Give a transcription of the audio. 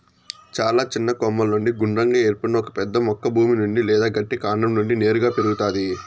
చాలా చిన్న కొమ్మల నుండి గుండ్రంగా ఏర్పడిన ఒక పెద్ద మొక్క భూమి నుండి లేదా గట్టి కాండం నుండి నేరుగా పెరుగుతాది